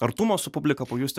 artumo su publika pajusti